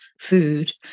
food